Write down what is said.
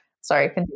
Sorry